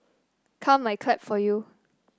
come I clap for you